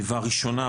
הראשונה,